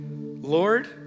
Lord